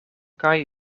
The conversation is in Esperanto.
kaj